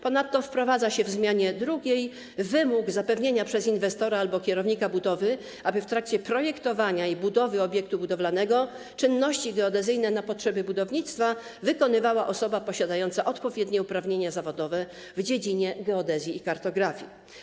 Ponadto wprowadza się w zmianie 2 wymóg zapewnienia przez inwestora albo kierownika budowy, aby w trakcie projektowania i budowy obiektu budowlanego czynności geodezyjne na potrzeby budownictwa wykonywała osoba posiadająca odpowiednie uprawnienia zawodowe w dziedzinie geodezji i kartografii.